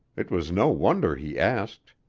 it was no wonder he asked.